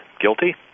guilty